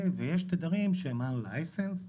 ויש תדרים שהם unlicensed,